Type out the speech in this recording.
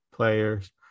Players